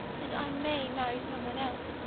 and i may marry some one else,